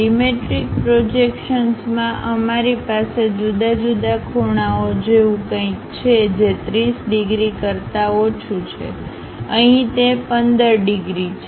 dimetric projections માં અમારી પાસે જુદા જુદા ખૂણાઓ જેવું કંઈક છે જે 30 ડિગ્રી કરતા ઓછું છે અહીં તે 15 ડિગ્રી છે